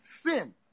sin